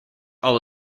all